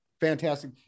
fantastic